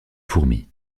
fourmis